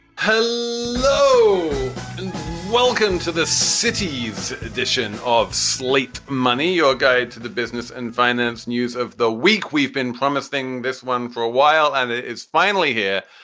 welcome to the citys edition of slate money, your guide to the business and finance news of the week. we've been promising this one for a while and it's finally here.